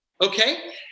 okay